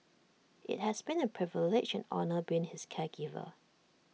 IT has been A privilege and honour being his caregiver